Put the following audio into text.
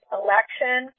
election